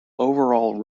overall